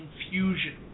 confusion